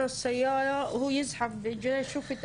הוא זחל על